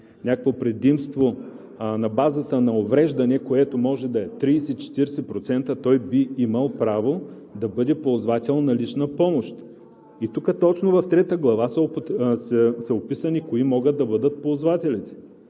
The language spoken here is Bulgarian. някакво предимство на базата на увреждане, което може да е 30, 40%, той би имал право да бъде ползвател на лична помощ. И тук точно в Глава трета са описани кои могат да бъдат ползватели.